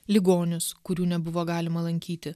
ligonius kurių nebuvo galima lankyti